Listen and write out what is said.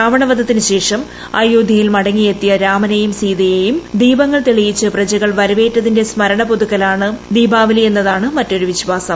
രാവണവധത്തിന് ശേഷം അയോധ്യയിൽ മടങ്ങിയെത്തിയ രാമനെയും സീതയെയും ദീപങ്ങൾ തെളിയിച്ച് പ്രജകൾ വരവേറ്റതിന്റെ സ്മരണ പുതുക്കലാണ് ദീപാവലിയെന്നതാണ് മറ്റൊരു വിശ്വാസം